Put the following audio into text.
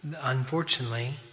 unfortunately